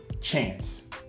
chance